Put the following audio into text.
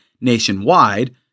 nationwide